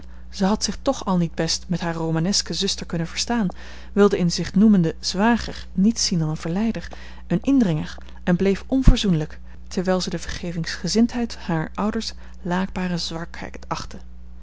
zij had zich toch al niet best met hare romaneske zuster kunnen verstaan wilde in den zich noemenden zwager niets zien dan een verleider een indringer en bleef onverzoenlijk terwijl zij de vergevingsgezindheid harer ouders laakbare zwakheid achtte